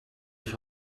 ich